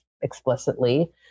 explicitly